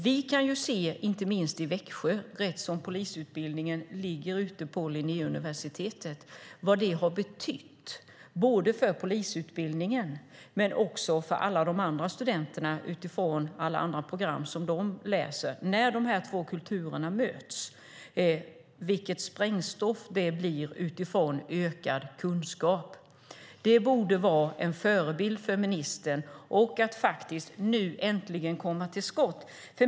Vi kan inte minst i Växjö, där polisutbildningen ligger på Linnéuniversitetet, se vad det har betytt både för polisutbildningen och för alla de andra studenterna utifrån alla andra program som de läser när dessa två kulturer möts och vilket sprängstoff det blir utifrån ökad kunskap. Det borde vara en förebild för ministern så att hon nu äntligen kommer till skott.